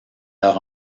leur